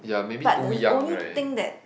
but the only thing that